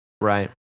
Right